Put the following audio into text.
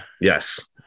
Yes